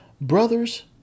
Brothers